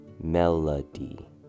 melody